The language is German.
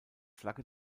flagge